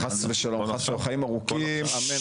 חס ושלום, אני מאחל לך חיים ארוכים, אמן.